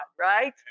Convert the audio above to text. right